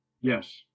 yes